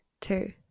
two